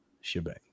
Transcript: shebang